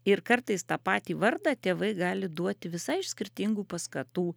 ir kartais tą patį vardą tėvai gali duoti visai iš skirtingų paskatų